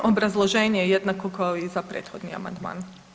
Obrazloženje je jednako kao i za prethodni amandman.